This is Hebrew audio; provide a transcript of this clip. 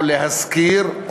או להשכיר,